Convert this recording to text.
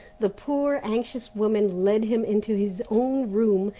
the poor, anxious woman led him into his own room,